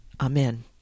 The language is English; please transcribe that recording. Amen